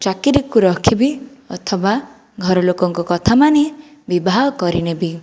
ଚାକିରିକୁ ରଖିବି ଅଥବା ଘରଲୋକଙ୍କ କଥା ମାନି ବିବାହ କରି ନେବି